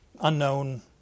unknown